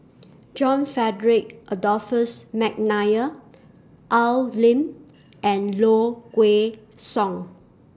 John Frederick Adolphus Mcnair Al Lim and Low Kway Song